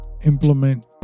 implement